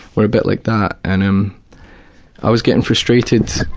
we're a bit like that. and um i was getting frustrated,